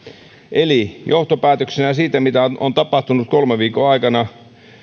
johtopäätöksenä siitä mitä on on tapahtunut kolmen viikon aikana